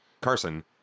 Carson